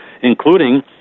including